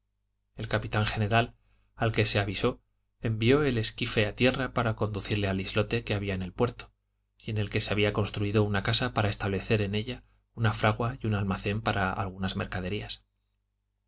el capitán general al que se avisó envió el esquife a tierra para conducirle al islote que había en el puerto y en el que se había construido una casa para establecer en ella una fragua y un almacén para algunas mercaderías